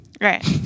Right